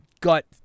gut